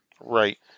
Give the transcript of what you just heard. Right